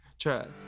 trust